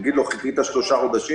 אגיד לו: חיכית שלושה חודשים,